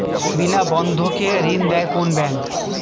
বিনা বন্ধক কে ঋণ দেয় কোন ব্যাংক?